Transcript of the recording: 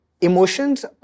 emotions